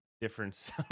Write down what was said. difference